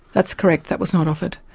that's correct, that was not offered.